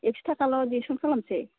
एकस' थाखा ल' डिसकाउन्ट खालामसै